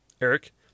Eric